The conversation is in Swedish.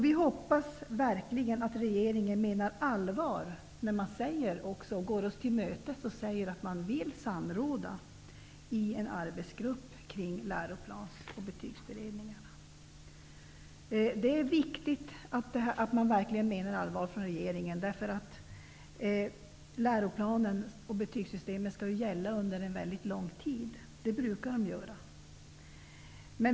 Vi hoppas verkligen att regeringen menar allvar när den går oss till mötes och säger att man vill samråda i en arbetsgrupp kring läroplans och betygsberedningarna. Det är viktigt att man verkligen menar allvar från regeringen, eftersom läroplanen och betygssystemet skall gälla under en mycket lång tid. Det brukar de göra.